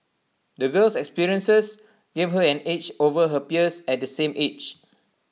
the girl's experiences gave her an edge over her peers at the same age